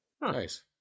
Nice